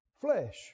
flesh